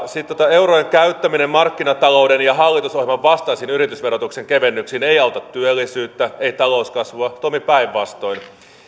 eurojen käyttäminen markkinatalouden ja hallitusohjelman vastaisiin yritysverotuksen kevennyksiin ei auta työllisyyttä ei talouskasvua se toimii päinvastoin